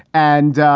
and,